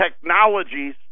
technologies